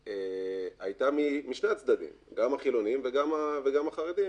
היתה משני הצדדים, גם החילונים וגם החרדים.